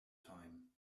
time